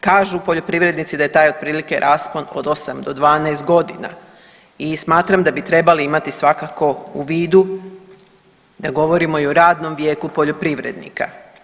Kažu poljoprivrednici da je taj otprilike raspon od 8 do 12 godina i smatram da bi trebali imati svakako u vidu da govorimo i o radnom vijeku poljoprivrednika.